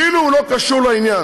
כאילו הוא לא קשור לעניין,